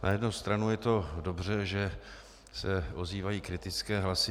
Na jednu stranu je to dobře, že se ozývají kritické hlasy.